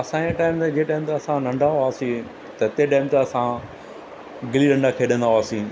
असां जे टाईम ते जंहिं टाईम ते असां नंढा हुआसीं त तंहिं टाईम ते असां गिली डंडा खेॾंदा हुआसीं